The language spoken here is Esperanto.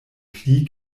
pli